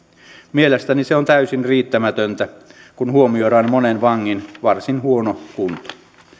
mielestäni se on täysin riittämätöntä kun huomioidaan monen vangin varsin huono kunto